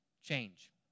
change